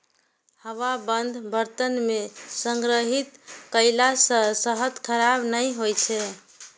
हवाबंद बर्तन मे संग्रहित कयला सं शहद खराब नहि होइ छै